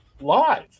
live